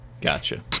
Gotcha